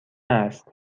است